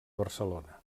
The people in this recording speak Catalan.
barcelona